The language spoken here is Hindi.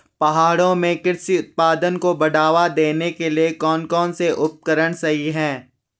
पहाड़ों में कृषि उत्पादन को बढ़ावा देने के लिए कौन कौन से उपकरण सही हैं?